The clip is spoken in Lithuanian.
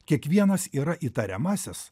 kiekvienas yra įtariamasis